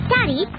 Daddy